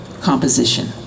composition